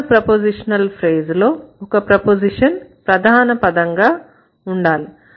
మన prepositional phrase లో ఒక ప్రపొజిషన్ ప్రధాన పదం గా ఉండాలి